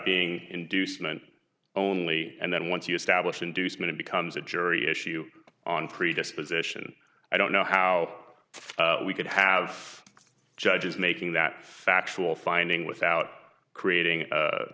being inducement only and then once you establish inducement it becomes a jury issue on predisposition i don't know how we could have judges making that factual finding without creating